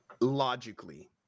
logically